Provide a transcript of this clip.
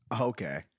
Okay